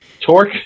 Torque